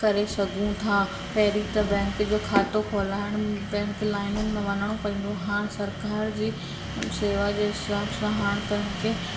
करे सघूं था पहिरीं त बैंक जो खातो खोलाइण बैंक लाइनुनि में वञिणो पवंदो हाणे सरकारि जी सेवा जे हिसाब सां हाणे पाण खे